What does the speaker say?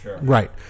right